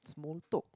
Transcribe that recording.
small talk